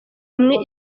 imwe